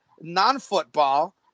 non-football